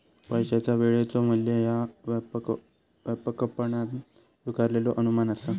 पैशाचा वेळेचो मू्ल्य ह्या व्यापकपणान स्वीकारलेलो अनुमान असा